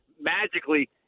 magically